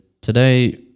today